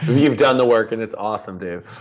you've done the work, and it's awesome, dave.